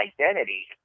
identity